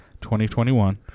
2021